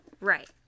Right